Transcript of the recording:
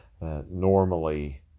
normally